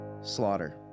slaughter